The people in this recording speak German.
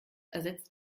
ersetzt